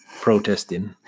protesting